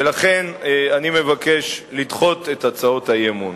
ולכן אני מבקש לדחות את הצעות האי-אמון.